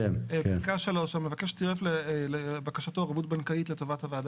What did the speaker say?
פסקה 3: "המבקש צירף לבקשתו ערבות בנקאית לטובת הוועדה